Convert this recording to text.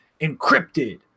encrypted